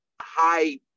high